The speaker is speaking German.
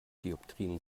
dioptrien